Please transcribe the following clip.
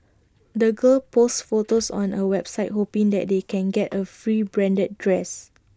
the girls posts photos on A website hoping that they can get A free branded dress